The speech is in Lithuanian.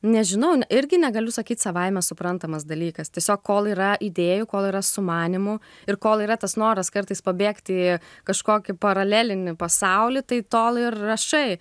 nežinau irgi negaliu sakyt savaime suprantamas dalykas tiesiog kol yra idėjų kol yra sumanymų ir kol yra tas noras kartais pabėgti į kažkokį paralelinį pasaulį tai tol ir rašai